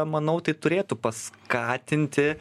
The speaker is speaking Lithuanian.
manau tai turėtų paskatinti